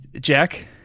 Jack